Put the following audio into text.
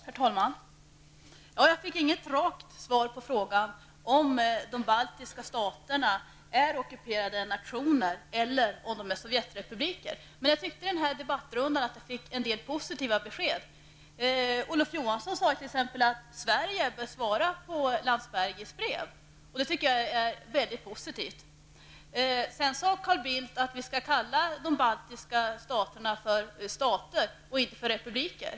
Herr talman! Jag fick inget rakt svar på frågan, om de baltiska staterna är ockuperade nationer eller om de är Sovjetrepubliker. Men jag tyckte att jag fick en del positiva besked i den här debattrundan. Olof Johansson sade t.ex. att Sverige bör svara på Landsbergis brev. Det tycker jag är positivt. Sedan sade Carl Bildt att vi skall kalla de baltiska staterna för stater och inte för republiker.